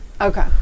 Okay